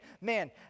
man